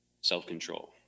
self-control